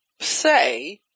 Say